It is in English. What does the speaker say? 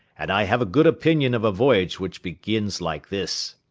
and i have a good opinion of a voyage which begins like this.